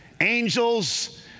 Angels